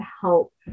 help